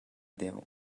deuh